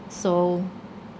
so